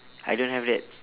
I don't have that